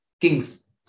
Kings